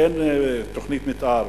כן תוכנית מיתאר,